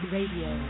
Radio